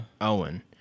Owen